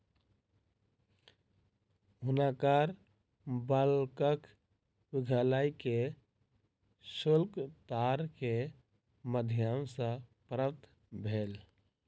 हुनकर बालकक विद्यालय के शुल्क तार के माध्यम सॅ प्राप्त भेल